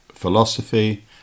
philosophy